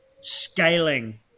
scaling